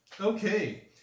Okay